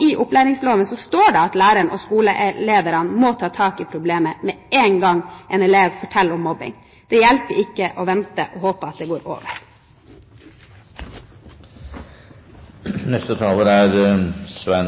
I opplæringsloven står det at lærerne og skolelederne må ta tak i problemet med én gang en elev forteller om mobbing. Det hjelper ikke å vente og håpe at det går over. Som saksordføreren sa,